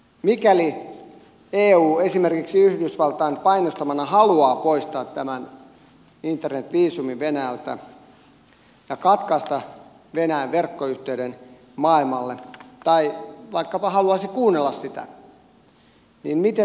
mikäli eu esimerkiksi yhdysvaltain painostamana haluaa poistaa tämän internet viisumin venäjältä ja katkaista venäjän verkkoyhteyden maailmalle tai vaikkapa haluaisi kuunnella sitä niin miten suomi siihen vastaa